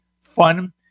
fun